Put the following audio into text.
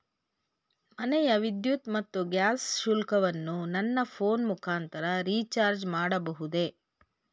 ಮನೆಯ ವಿದ್ಯುತ್ ಮತ್ತು ಗ್ಯಾಸ್ ಶುಲ್ಕವನ್ನು ನನ್ನ ಫೋನ್ ಮುಖಾಂತರ ರಿಚಾರ್ಜ್ ಮಾಡಬಹುದೇ?